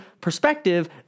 perspective